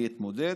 אני אתמודד",